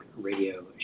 Radio